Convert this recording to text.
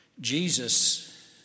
Jesus